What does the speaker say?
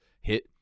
hit